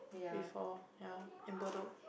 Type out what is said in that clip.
before ya in Bedok